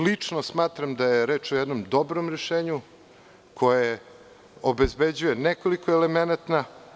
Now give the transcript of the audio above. Lično smatram da je reč o jednom dobrom rešenju koje obezbeđuje nekoliko elemenata.